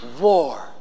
war